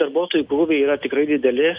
darbuotojų krūviai yra tikrai dideli